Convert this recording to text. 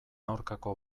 aurkako